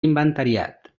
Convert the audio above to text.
inventariat